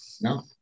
No